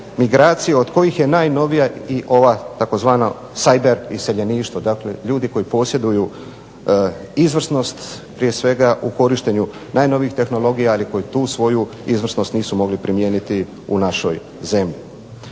od kojih je najnovija i ova tzv. "cyber iseljeništvo", dakle ljudi koji posjeduju izvrsnost prije svega u korištenju najnovijih tehnologija, ali koji tu svoju izvrsnost nisu mogli primijeniti u našoj zemlji.